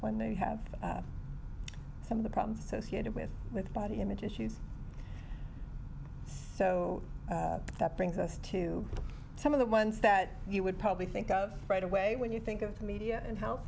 when they have some of the problems associated with with body image issues so that brings us to some of the ones that you would probably think of right away when you think of the media and he